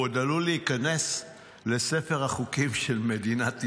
הוא עוד עלול להיכנס לספר החוקים של מדינת ישראל,